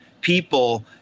people